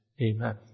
Amen